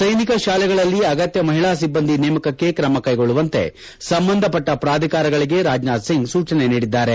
ಸೈನಿಕ ಶಾಲೆಗಳಲ್ಲಿ ಅಗತ್ಯ ಮಹಿಳಾ ಸಿಬ್ಬಂದಿ ನೇಮಕಕ್ಕೆ ಕ್ರಮ ಕೈಗೊಳ್ಳುವಂತೆ ಸಂಬಂಧಪಟ್ಟ ಪ್ರಾಧಿಕಾರಗಳಿಗೆ ರಾಜ್ನಾಥ್ ಸಿಂಗ್ ಸೂಚನೆ ನೀಡಿದ್ದಾರೆ